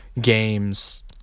games